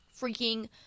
freaking